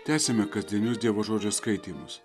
tęsime kasdienius dievo žodžio skaitymus